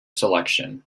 selection